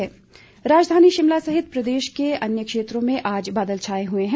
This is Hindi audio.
मौसम राजधानी शिमला सहित प्रदेश के अन्य क्षेत्रों में आज बादल छाये हुए है